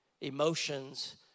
Emotions